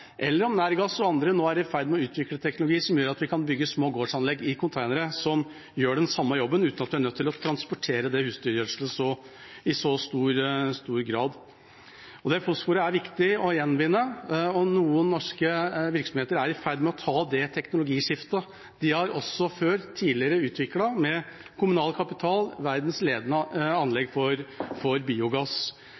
eller om Nærgass og andre nå er i ferd med å utvikle teknologi som gjør at vi kan bygge små gårdsanlegg i containere som gjør den samme jobben uten at vi er nødt til å transportere husdyrgjødsla i så stor grad. Fosforet er viktig å gjenvinne, og noen norske virksomheter er i ferd med å ta det teknologiskiftet. De har også tidligere utviklet, med kommunal kapital,